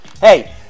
Hey